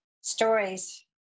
stories